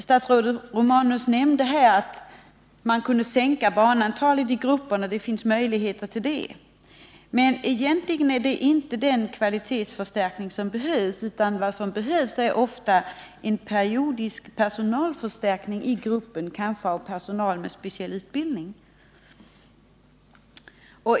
Statsrådet Romanus nämnde att det finns möjligheter att sänka antalet barn i grupperna. Men egentligen är det inte den kvalitetsförstärkningen som behövs, utan vad som behövs är ofta en periodisk personalförstärkning i gruppen, kanske en förstärkning med personal som har speciell utbildning.